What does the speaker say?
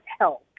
help